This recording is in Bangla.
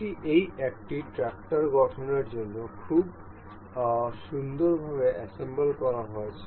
এটি এই একটি ট্র্যাক্টর গঠনের জন্য খুব সুন্দরভাবে অ্যাসেম্বল করা হয়েছে